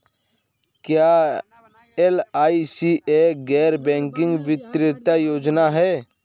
क्या एल.आई.सी एक गैर बैंकिंग वित्तीय योजना है?